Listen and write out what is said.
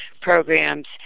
programs